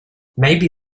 maybe